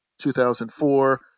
2004